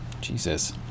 Jesus